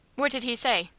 what did he say?